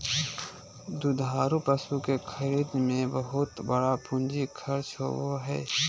दुधारू पशु के खरीद में बहुत बड़ा पूंजी खर्च होबय हइ